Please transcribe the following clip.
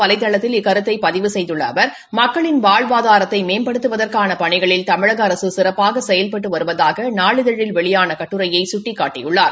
வலைதளத்தில் இக்கருத்தை பதிவு செய்துள்ளது அவர் மக்களின் வாழ்வாதாரத்தை சீழக மேம்படுத்துவதற்காள பணிகளில் தமிழக அரசு சிறப்பாக செயல்பட்டு வருவதாக நாளிதழில் வெளியான கட்டுரையை சுட்டிக்காட்டியுள்ளார்